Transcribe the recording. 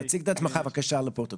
תציג את עצמך בבקשה לפרוטוקול.